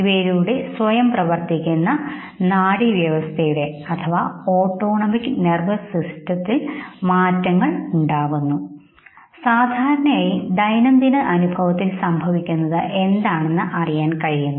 ഇവയിലൂടെ സ്വയം പ്രവൃത്തിക്കുന്ന നാഡീവ്യവസ്ഥയുടെമാറ്റങ്ങൾ അറിയുന്നു സാധാരണയായി നമ്മുടെ ദൈനംദിന അനുഭവത്തിൽ സംഭവിക്കുന്നത് എന്താണെന്ന് അറിയാൻ കഴിയുന്നു